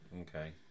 Okay